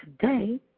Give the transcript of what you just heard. today